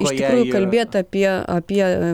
iš tikrųjų kalbėt apie apie